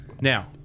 Now